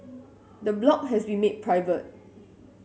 the blog has been made private